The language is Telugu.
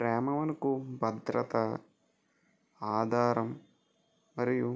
ప్రేమ మనకు భద్రత ఆధారం మరియు